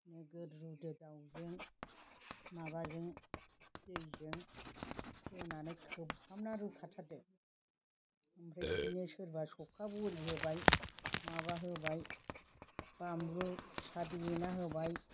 नोगोद रुदो दाउजों माबाजों दैजों होनानै खोबहाबना रुखाथारदो ओमफ्राय बिदिनो सोरबा सौखा बरि होबाय माबा होबाय बामलु फिसा देना होबाय